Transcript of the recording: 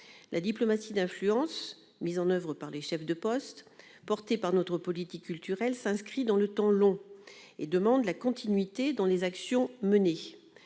La diplomatie d'influence mise en oeuvre par les chefs de poste et relayée par notre politique culturelle s'inscrit dans le temps long et demande de la continuité dans les actions menées.